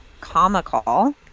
comical